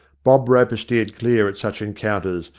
bob roper steered clear at such encounters,